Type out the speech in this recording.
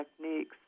techniques